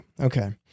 Okay